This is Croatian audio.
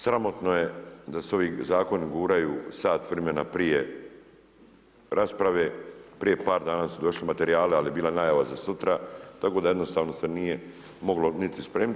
Sramotno je da se ovi zakoni guraju sat vremena prije rasprave, prije par dana su došli materijali, ali je bila najava za sutra, tako da jednostavno se nije moglo niti spremit.